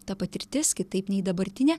ta patirtis kitaip nei dabartinė